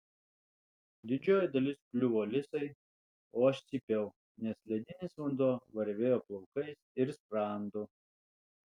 didžioji dalis kliuvo lisai o aš cypiau nes ledinis vanduo varvėjo plaukais ir sprandu